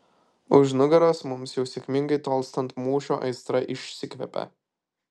už nugaros mums jau sėkmingai tolstant mūšio aistra išsikvepia